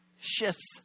shifts